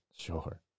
Sure